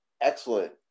excellent